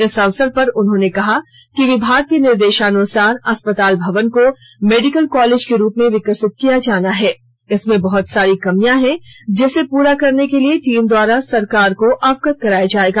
इस अवसर पर उन्होंने कहा कि विभाग के निर्देशानुसार अस्पताल भवन को मेडिकल कॉलेज के रूप में विकसित किया जाना है इसमें बहत सारी कमियां हैं जिसे पूरा करने के लिए टीम द्वारा सरकार को अवगत कराया जाएगा